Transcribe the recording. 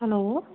hello